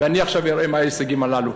ואני עכשיו אראה מה הם ההישגים הללו.